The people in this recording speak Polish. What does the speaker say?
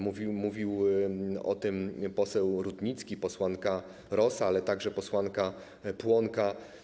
Mówili o tym poseł Rutnicki, posłanka Rosa, ale także posłanka Płonka.